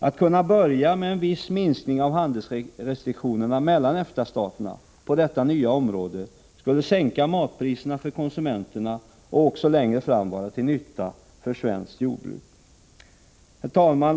Att kunna börja med en viss minskning av handelsrestriktionerna mellan EFTA-staterna på detta område skulle sänka matpriserna för konsumenterna och också längre fram vara till nytta för svenskt jordbruk. Herr talman!